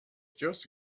just